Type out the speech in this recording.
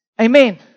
Amen